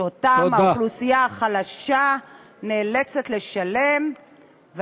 שאותם האוכלוסייה החלשה נאלצת לשלם.